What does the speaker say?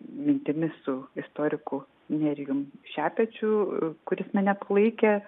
mintimi su istoriku nerijum šepečiu kuris mane palaikė